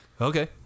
Okay